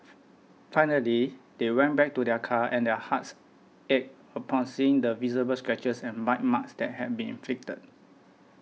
finally they went back to their car and their hearts ached upon seeing the visible scratches and bite marks that had been inflicted